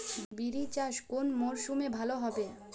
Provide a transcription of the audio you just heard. বিরি চাষ কোন মরশুমে ভালো হবে?